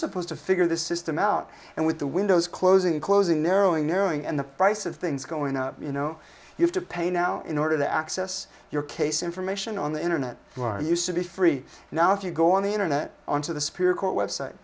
supposed to figure this system out and with the windows closing closing narrowing narrowing and the price of things going up you know you have to pay now in order to access your case information on the internet you are used to be free now if you go on the internet onto the spear court website